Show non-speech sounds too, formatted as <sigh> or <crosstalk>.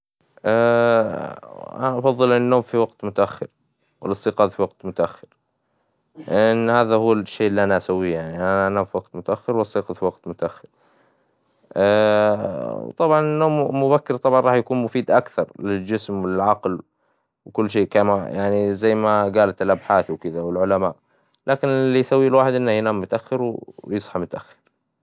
<hesitation> أنا أفظل النوم في وقت متأخر والاستيقاظ في وقت متأخر، <hesitation> إن هذا هو الشي إللي أنا أسويه أنا أنام في وقت متأخر والاستيقاظ في وقت متأخر، <hesitation> طبعا النوم مبكر طبعا راح يكون مفيد أكثر للجسم والعقل وكل شي كما <hesitation> يعني زي ما قالت الابحاث وكذا والعلماء، لكن إللي يسويه الواحد إنه ينام متأخر و <hesitation> يصحى متأخر.